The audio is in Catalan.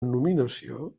nominació